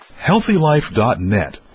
HealthyLife.net